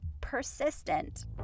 persistent